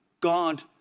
God